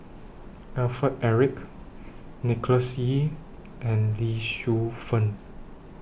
Alfred Eric Nicholas Ee and Lee Shu Fen